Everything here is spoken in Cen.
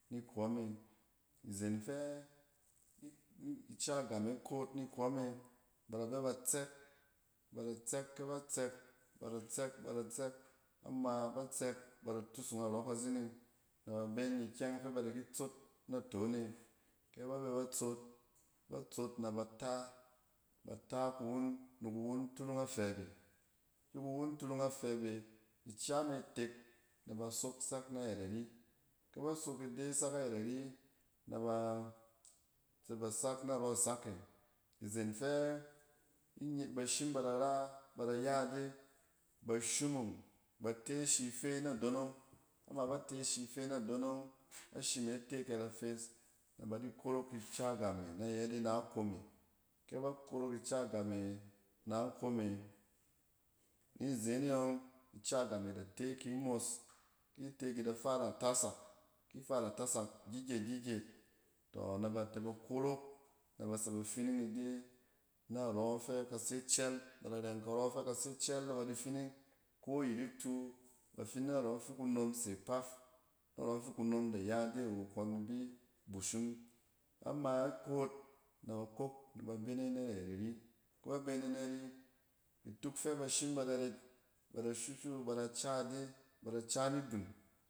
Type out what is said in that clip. Nikↄ me. Izen fɛ ica gam e koot nikↄ me nɛ ba bɛ ba tsɛk, ba da tsɛk kɛ bɛ tsɛk, ba da tsɛk ba da tsɛk, kɛ ba tsɛk na ma ba tsɛk, ba da tusung narↄ kazining nɛ ba be nikyɛng fɛ ba di kit sot naton e. kɛ ba bɛ bat sot, bat sot na ba ta aba taa kuwun, nikuwun turung afɛbe. Ki kuwun turung a fɛb e, ica me itek na bas ok sak na yɛl ari. kɛ bas ok ide sak ayɛt ari na ba tsɛ ba sak narↄ sak e. izen fɛ bin, ba shim ba da ra, ba da ya ide, ba shumung, ba te ashi fe nadonong, am aba te ashi fe nadonong, ashi me te kɛ ada fes nɛ ba di korok ica gam e na yɛt e na kom. kɛe ba korok ica gam e na kom e-ni zen e yↄng ica gam e da te ki mos. Ki ite ki da fara tasak, ki fara tasak gyigyet-gyigyet, tↄ nɛ ba tɛ ba korok nɛ ba tsɛ ba fining ide narↄ fɛ ka se cɛl, ba da reng karↄ fɛ ka se cɛl nɛba di fining, ko ayit itu. Ba fining a rↄng fi kunom se kpaf narↄng fi kunom da ya ide wo kↄn ibi bushung. Ama ikoot, na ba kok nɛ ba benen nayɛt ari kɛ ba benen nari, a tuk fɛ ba shim ba da ret, ba da shushi ba da ca ide, ba da ca nidung.